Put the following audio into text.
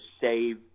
save